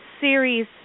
series